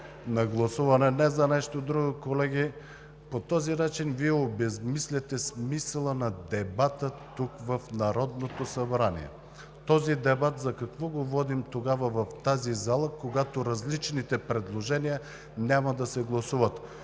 залата. Не за нещо друго, колеги, но по този начин Вие обезсмисляте смисъла на дебата тук, в Народното събрание. Този дебат за какво го водим тогава в тази зала, когато различните предложения няма да се гласуват?